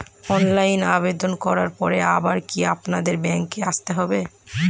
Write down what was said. অনলাইনে আবেদন করার পরে আবার কি আপনাদের ব্যাঙ্কে আসতে হবে?